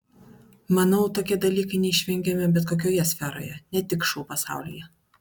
manau tokie dalykai neišvengiami bet kokioje sferoje ne tik šou pasaulyje